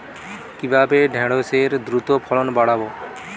কিভাবে ঢেঁড়সের দ্রুত ফলন বাড়াব?